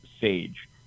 sage